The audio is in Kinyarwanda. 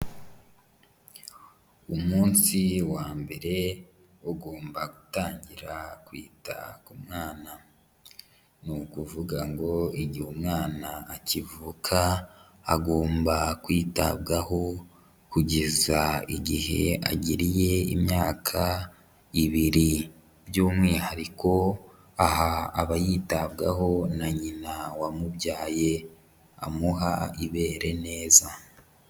Umunsi wa mbere ugomba gutangira kwita ku mwana. Ni ukuvuga ngo igihe umwana akivuka agomba kwitabwaho kugeza igihe agiriye imyaka ibiri, by'umwihariko aha aba yitabwaho na nyina wamubyaye, amuha ibere neza.